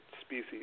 species